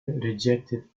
rejected